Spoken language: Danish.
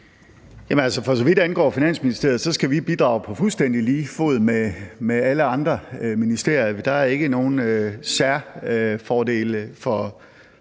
så vidt angår Finansministeriet, skal vi bidrage på fuldstændig lige fod med alle andre ministerier. Der er ikke nogen særfordele for